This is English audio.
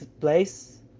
place